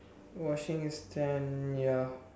washing is ten ya